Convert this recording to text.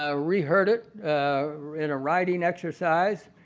ah re-hurt it in a riding exercise.